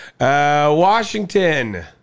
Washington